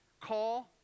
call